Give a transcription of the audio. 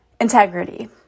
integrity